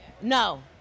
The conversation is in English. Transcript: No